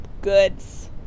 goods